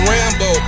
Rambo